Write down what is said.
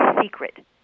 secret